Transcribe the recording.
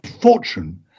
fortune